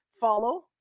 follow